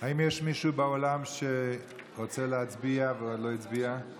האם יש מישהו באולם שרוצה להצביע ועוד לא הצביע?